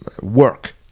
work